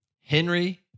henry